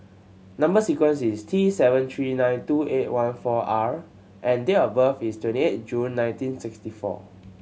number sequence is T seven three nine two eight one four R and date of birth is twenty eight June nineteen sixty four